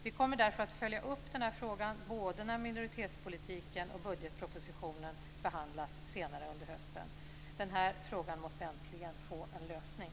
Vi kommer därför att följa upp den här frågan både när minoritetspolitiken och budgetpropositionen behandlas senare under hösten. Den här frågan måste äntligen få en lösning.